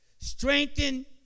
strengthen